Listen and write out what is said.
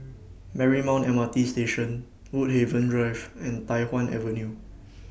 Marymount M R T Station Woodhaven Drive and Tai Hwan Avenue